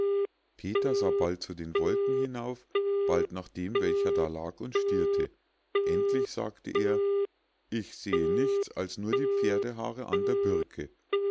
peter sah bald zu den wolken hinauf bald nach dem welcher da lag und stierte endlich sagte er ich sehe nichts als nur die pferdehaare an der birke